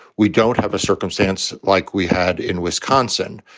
we don't have a circumstance like we had in wisconsin,